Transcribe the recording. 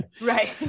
Right